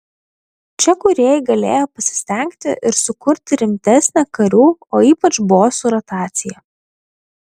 čia kūrėjai galėjo pasistengti ir sukurti rimtesnę karių o ypač bosų rotaciją